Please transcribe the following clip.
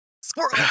squirrel